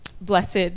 blessed